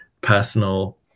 personal